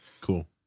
Cool